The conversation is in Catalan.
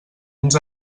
uns